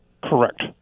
Correct